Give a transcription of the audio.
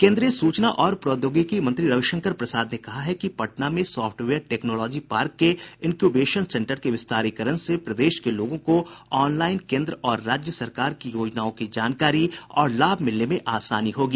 केन्द्रीय सूचना और प्रौद्योगिकी मंत्री रविशंकर प्रसाद ने कहा है कि पटना में सॉफ्टवेयर टेकनॉलोजी पार्क के इन्क्यूबेशन सेंटर के विस्तारीकरण से प्रदेश के लोगों को ऑनलाईन केन्द्र और राज्य सरकार की योजनाओं की जानकारी और लाभ मिलने में आसानी होगी